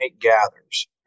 gathers